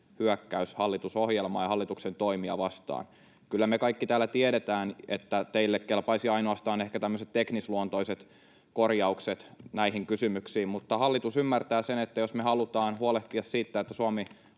hyökkäys hallitusohjelmaa ja hallituksen toimia vastaan. Kyllä me kaikki täällä tiedetään, että teille kelpaisi ainoastaan ehkä tämmöiset teknisluontoiset korjaukset näihin kysymyksiin, mutta hallitus ymmärtää sen, että jos me halutaan huolehtia siitä, että Suomi